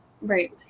right